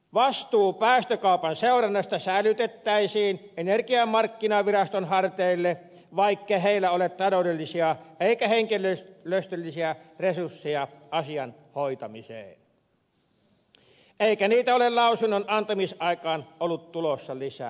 vastuu päästökaupan seurannasta sälytettäisiin energiamarkkinaviraston harteille vaikkei sillä ole taloudellisia eikä henkilöstöllisiä resursseja asian hoitamiseen eikä niitä ole lausunnon antamisaikaan ollut tulossa lisää